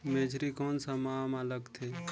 मेझरी कोन सा माह मां लगथे